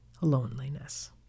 loneliness